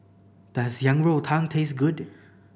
does Yang Rou Tang taste good